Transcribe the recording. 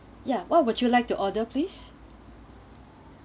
ya what would you like to order please